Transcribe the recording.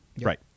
Right